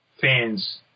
fans